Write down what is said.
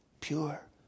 Pure